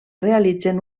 realitzen